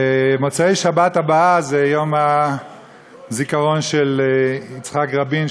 במוצאי שבת הבאה זה יום הזיכרון של יצחק רבין,